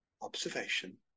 Observation